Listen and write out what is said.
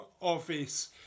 office